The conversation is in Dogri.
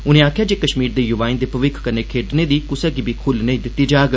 उनें आक्खेआ जे कश्मीर दे युवाए दे भविक्ख कन्नै खेडने दी कुसै गी बी खुल्ल नेई दित्ती जाग